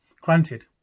granted